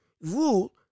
rule